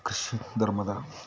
Christian ಧರ್ಮದ